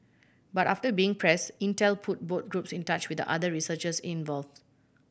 but after being pressed Intel put both groups in touch with the other researchers involved